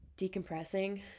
Decompressing